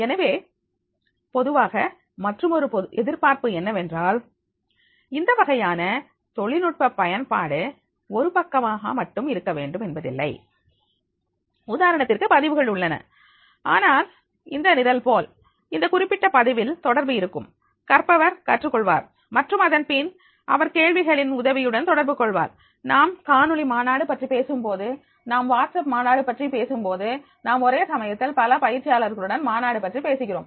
எனவே பொதுவாக மற்றுமொரு எதிர்பார்ப்பு என்னவென்றால் இந்த வகையான தொழில்நுட்ப பயன்பாடு ஒரு பக்கமாக மட்டும் இருக்க வேண்டும் என்பதில்லை உதாரணத்திற்கு பதிவுகள் உள்ளன ஆனால் இந்த நிரல்போல் இந்த குறிப்பிட்ட பதிவில் தொடர்பு இருக்கும் கற்பவர் கற்றுக் கொள்வார் மற்றும் அதன் பின் அவர் கேள்விகளின் உதவியுடன் தொடர்பு கொள்வார் நாம் காணொளி மாநாடு பற்றி பேசும்போது நாம் வாட்ஸ்அப் மாநாடு பற்றி பேசும்போது நாம் ஒரே சமயத்தில் பல பயிற்சியாளர்களுடன் மாநாடு பற்றி பேசுகிறோம்